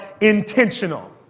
intentional